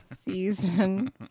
season